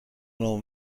عمومی